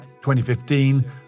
2015